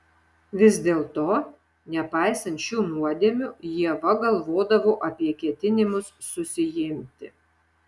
vis dėlto nepaisant šių nuodėmių ieva galvodavo apie ketinimus susiimti